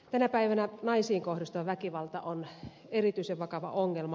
tänä päivänä naisiin kohdistuva väkivalta on erityisen vakava ongelma